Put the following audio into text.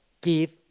give